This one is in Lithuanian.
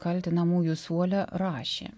kaltinamųjų suole rašė